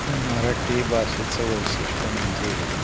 मराठी भाषेचं वैशिष्ट्य म्हणजे